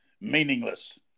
meaningless